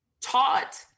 taught